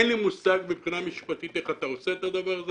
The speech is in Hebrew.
אין לי מושג איך אתה עושה את זה מבחינה משפטית,